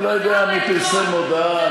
אני לא יודע מי פרסם מודעה.